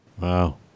Wow